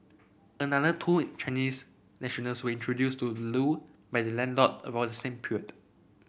another two Chinese nationals were introduced to Loo by their landlord around the same period